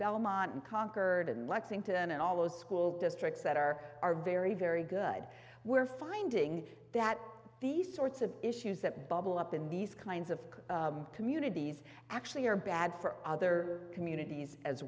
belmont unconquered in lexington and all those school districts that are are very very good we're finding that these sorts of issues that bubble up in these kinds of communities actually are bad for other communities as